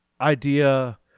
idea